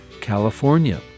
California